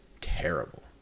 terrible